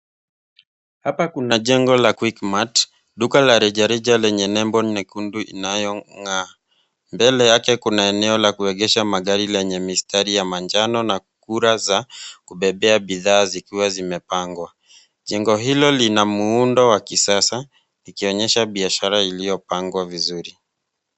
Hapa kuna jengo la Quickmart , duka la rejareja lenye nembo nyekundu inayong'aa. Mbele yake kuna eneo la kuegesha magari lenye mistari ya manjano na kura za kubebea bidhaa zikiwa zimepangwa. Jengo hilo lina muundo wa kisasa likionyesha biashara iliyopangwa vizuri.